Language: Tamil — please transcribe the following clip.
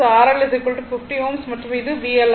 R3 30 Ω RL 50 Ω மற்றும் இது VL ஆகும்